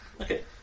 Okay